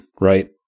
right